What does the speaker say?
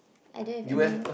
I don't have any